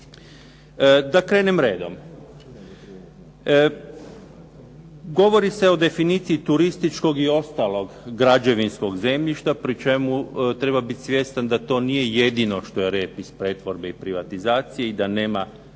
Da krenem redom. Govori se o definiciji turističkog i ostalog građevinskog zemljišta, pri čemu treba biti svjestan da to nije jedino rep iz privatizacije i pretvorbe i da nema